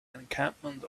encampment